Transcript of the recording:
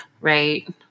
Right